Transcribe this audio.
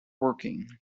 working